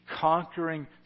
conquering